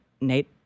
Nate